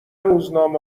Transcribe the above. روزنامه